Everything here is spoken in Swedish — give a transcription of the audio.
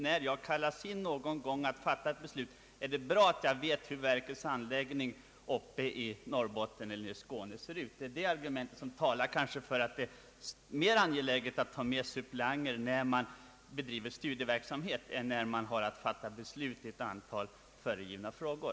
När en suppleant någon gång kallas in att fatta beslut är det bra för honom att veta hur exempelvis vederbörande verks anläggning uppe i Norrbotten eller nere i Skåne ser ut. Detta argument talar för att det kanske är mer angeläget att låta suppleanter följa med då det gäller studieverksamhet än när det gäller att fatta beslut i ett antal förelagda frågor.